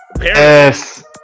Yes